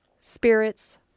spirits